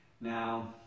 Now